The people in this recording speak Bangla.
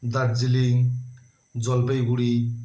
দার্জিলিং জলপাইগুড়ি